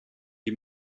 die